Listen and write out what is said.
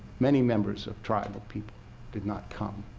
many members of tribal people did not come.